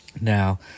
Now